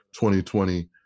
2020